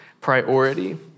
priority